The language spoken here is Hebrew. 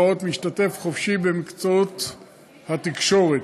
"משתתף חופשי במקצועות התקשורת"?